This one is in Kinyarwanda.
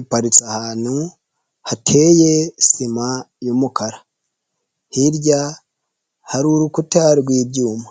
iparitse ahantu hateye sima y'umukara hirya hari urukuta rw'ibyuma.